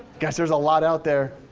guys, there's a lot out there.